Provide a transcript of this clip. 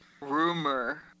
rumor